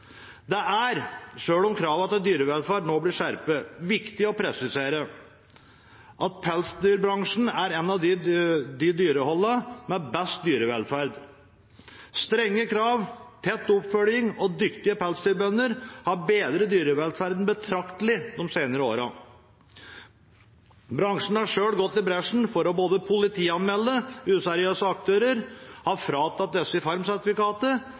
Det er, selv om kravene til dyrevelferd nå blir skjerpet, viktig å presisere at pelsdyrbransjen er av de dyrehold med best dyrevelferd. Strenge krav, tett oppfølging og dyktige pelsdyrbønder har bedret dyrevelferden betraktelig de senere årene. Bransjen har selv gått i bresjen for å politianmelde useriøse aktører,